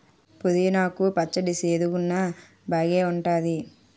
పుదీనా కు పచ్చడి సేదుగున్నా బాగేఉంటాది